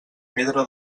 pedra